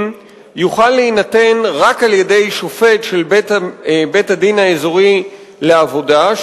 יוכל להינתן רק על-ידי שופט של בית-הדין האזורי לעבודה,